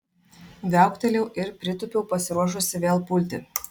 viauktelėjau ir pritūpiau pasiruošusi vėl pulti